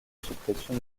suppression